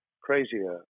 crazier